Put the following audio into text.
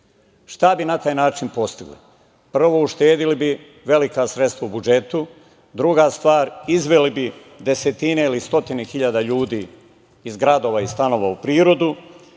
bi na taj način postigli? Prvo, uštedeli bi velika sredstva u budžetu. Druga stvar, izveli bi desetine ili stotine hiljada ljudi iz gradova i stanova u prirodu.